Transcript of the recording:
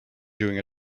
doing